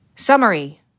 Summary